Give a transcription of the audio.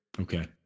Okay